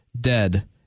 dead